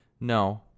no